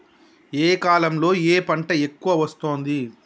ఏ కాలంలో ఏ పంట ఎక్కువ వస్తోంది?